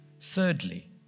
Thirdly